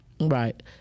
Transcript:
Right